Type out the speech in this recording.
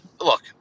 look